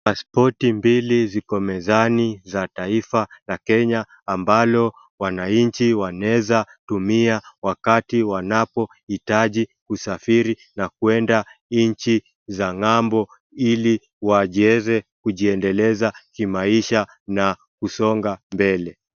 Passpoti mbili ziko mezani za taifa la Kenya ambalo wananchi wanaeweza tumia wakati ambapo wanahitaji kusafiri na kuenda nchi za ng'ambo ili waweze kujiendeleza kimaisha na kusonga mbele.